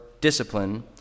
discipline